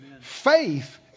Faith